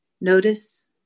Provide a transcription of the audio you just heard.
notice